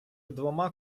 двома